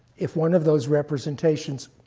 if one of those representations,